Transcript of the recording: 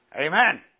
Amen